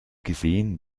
gesehen